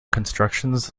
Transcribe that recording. constructions